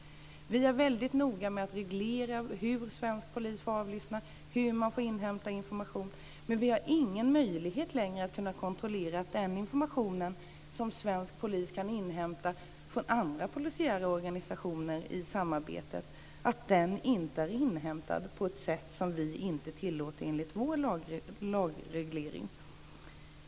Vi är väldigt noga med att reglera hur svensk polis får avlyssna och hur man får inhämta information, men vi har ingen möjlighet längre att kontrollera att den information som svensk polis kan inhämta från andra polisiära organisationer i samarbetet inte är inhämtad på ett sätt som vi inte tillåter enligt vår lagreglering.